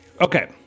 Okay